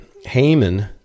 Haman